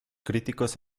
críticos